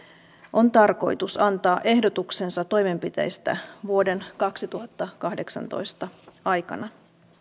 on tarkoitus antaa ehdotuksensa toimenpiteistä vuoden kaksituhattakahdeksantoista aikana